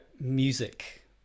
music